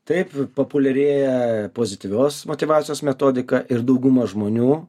taip populiarėja pozityvios motyvacijos metodika ir dauguma žmonių